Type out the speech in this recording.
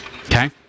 okay